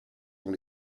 dans